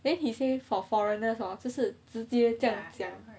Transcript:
then he say for foreigners hor 这是直接这样讲